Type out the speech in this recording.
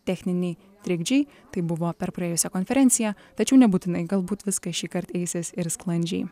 techniniai trikdžiai taip buvo per praėjusią konferenciją tačiau nebūtinai galbūt viskas šįkart eisis ir sklandžiai